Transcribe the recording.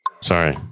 Sorry